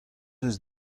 eus